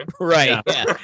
Right